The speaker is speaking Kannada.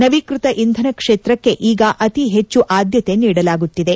ನವೀಕೃತ ಇಂಧನ ಕ್ಷೇತ್ರಕ್ಕೆ ಈಗ ಅತಿ ಹೆಚ್ಚು ಆದ್ಯತೆ ನೀಡಲಾಗುತ್ತಿದೆ